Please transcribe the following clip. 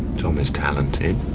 tom is talented